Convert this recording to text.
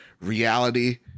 reality